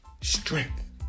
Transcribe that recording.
strength